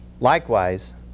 likewise